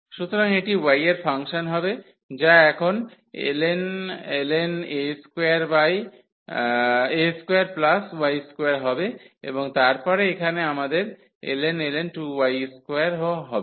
সুতরাং এটি y এর ফাংশন হবে যা এখন ln a2y2 হবে এবং তারপরে এখানে আমাদের ln ও হবে